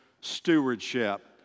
stewardship